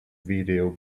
video